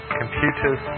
computers